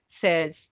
says